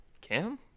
Cam